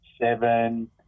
seven